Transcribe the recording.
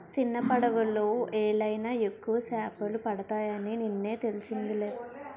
సిన్నపడవలో యెల్తేనే ఎక్కువ సేపలు పడతాయని నిన్నే తెలిసిందిలే